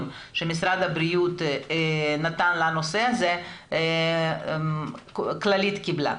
שמשרד הבריאות נתן לנושא הזה כללית קיבלה?